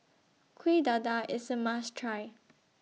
Kuih Dadar IS A must Try